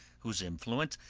whose influence,